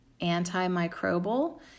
antimicrobial